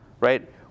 right